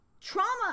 trauma